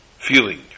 feeling